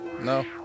No